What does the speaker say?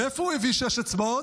מאיפה הוא הביא שש אצבעות?